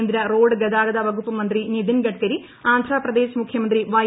കേന്ദ്ര റോഡ് ഗതാഗത വകുപ്പ് മന്ത്രി നിതിൻ ഗഡ്കരി ആന്ധ്രപ്രദേശ് മുഖ്യമന്ത്രി വൈ